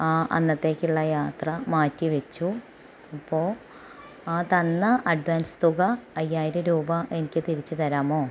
ആ അന്നത്തേക്കുള്ള യാത്ര മാറ്റി വെച്ചു അപ്പോൾ ആ തന്ന അഡ്വാൻസ് തുക അയ്യായിരം രൂപ എനിക്ക് തിരിച്ച് തരാമോ